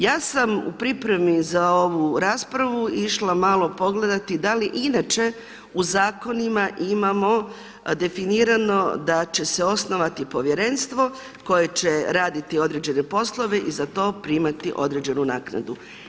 Ja sam u pripremi za ovu raspravu išla malo pogledati da li inače u zakonima imamo definirano da će se osnovati povjerenstvo koje će raditi određene poslove i za to primati određenu naknadu.